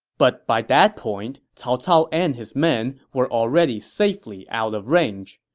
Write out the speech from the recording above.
but by that point, cao cao and his men were already safely out of range.